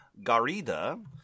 Garida